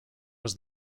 was